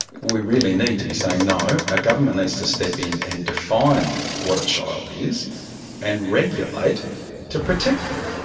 we really need to be saying no, our ah government needs to step in and define what a child is and regulate to protect them.